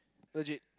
legit